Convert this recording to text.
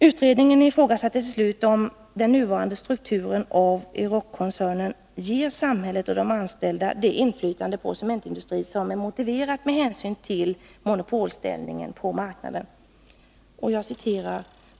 Utredningen ifrågasatte till sist om den nuvarande strukturen hos Eurockoncernen ger samhället och de anställda det inflytande på cementindustrin som är motiverat med hänsyn till dess monopolställning på marknaden.